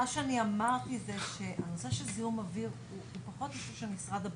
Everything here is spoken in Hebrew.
מה שאני אמרתי זה שנושא של זיהום אוויר הוא פחות נושא של משרד הבריאות,